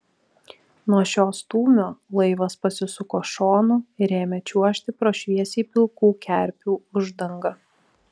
nuo šio stūmio laivas pasisuko šonu ir ėmė čiuožti pro šviesiai pilkų kerpių uždangą